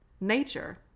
Nature